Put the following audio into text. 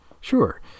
Sure